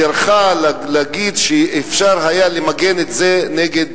טרחו להגיד שאפשר היה למגן את זה נגד